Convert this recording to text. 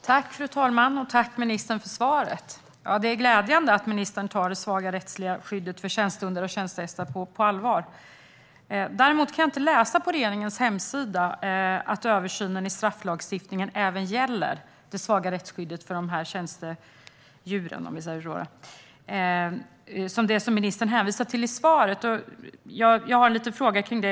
Fru talman! Tack, ministern, för svaret! Det är glädjande att ministern tar det svaga rättsliga skyddet för tjänstehundar och tjänstehästar på allvar. Däremot kan jag inte på regeringens hemsida läsa att översynen av strafflagstiftningen även gäller det svaga rättsskyddet för dessa tjänstedjur. Det är ju detta som ministern hänvisar till i svaret.